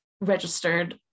registered